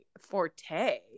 forte